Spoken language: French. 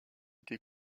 été